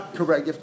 Correct